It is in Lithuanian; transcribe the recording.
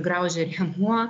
graužia rėmuo